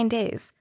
days